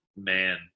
man